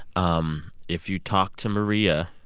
um if you talk to maria,